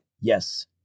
Yes